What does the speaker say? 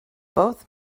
both